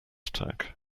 attack